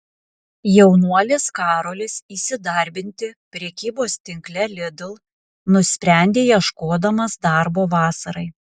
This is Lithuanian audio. jaunuolis karolis įsidarbinti prekybos tinkle lidl nusprendė ieškodamas darbo vasarai